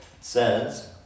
says